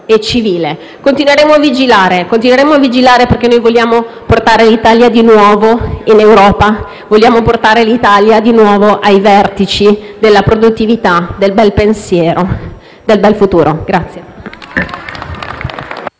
Continueremo a vigilare, perché noi vogliamo portare l'Italia di nuovo in Europa; vogliamo portare l'Italia di nuovo ai vertici della produttività, del bel pensiero, del bel futuro.